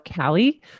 Callie